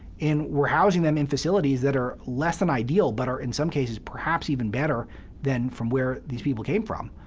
we're housing them in facilities that are less than ideal but are in some cases perhaps even better than from where these people came from.